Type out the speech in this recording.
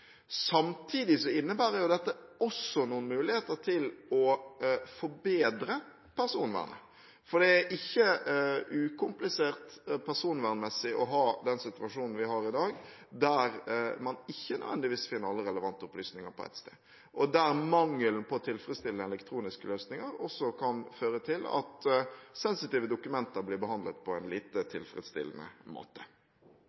Samtidig innebærer dette også noen muligheter til å forbedre personvernet, for det er ikke ukomplisert personvernmessig å ha den situasjonen vi har i dag, der man ikke nødvendigvis finner alle relevante opplysninger på ett sted, og der mangelen på tilfredsstillende elektroniske løsninger også kan føre til at sensitive dokumenter blir behandlet på en